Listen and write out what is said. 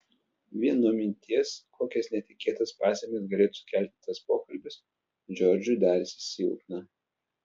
vien nuo minties kokias netikėtas pasekmes galėtų sukelti tas pokalbis džordžui darėsi silpna